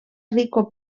rico